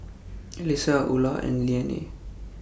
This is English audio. Alyssia Ula and Leanne